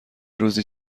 روزی